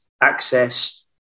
access